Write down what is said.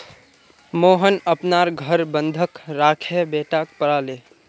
मोहन अपनार घर बंधक राखे बेटाक पढ़ाले